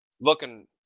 looking